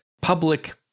public